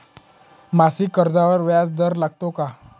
मासिक कर्जावर व्याज दर लागतो का?